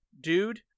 dude